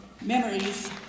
Memories